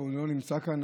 אבל הוא לא נמצא כאן,